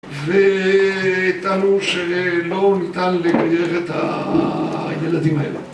וטענו שלא ניתן לגייר את הילדים האלה